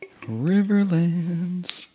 Riverlands